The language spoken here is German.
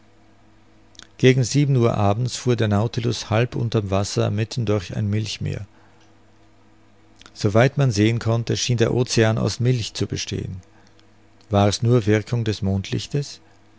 gegen sieben uhr abends fuhr der nautilus halb unter'm wasser mitten durch ein milchmeer so weit man sehen konnte schien der ocean aus milch zu bestehen war's nur wirkung des mondlichtes